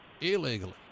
illegally